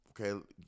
okay